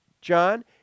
John